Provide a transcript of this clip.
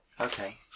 Okay